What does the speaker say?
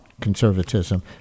Conservatism